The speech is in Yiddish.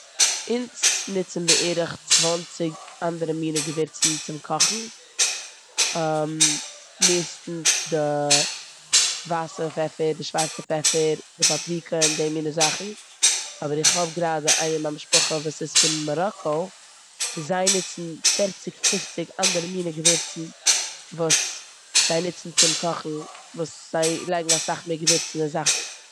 אונז נוצן בערך צוואנציג אנדערע מינע געווירצן צום קאכן. מערסטנס די ווייסע פעפער, די שווארצע פעפער, די פאפריקא און די מינע זאכן. כ'האב גראדע איינער אין ממיין משפחה וואס איז פון מאראקא און זיי נוצן פערציג, פופציג אנדערע מינע געווירצן וואס זיי נוצן צום קאן וואס זיי לייגן אסאך מער געווירצן אין זאכן.